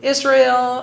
Israel